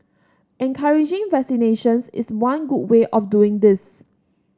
encouraging vaccinations is one good way of doing this